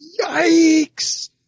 Yikes